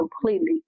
completely